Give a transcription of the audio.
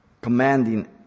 commanding